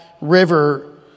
River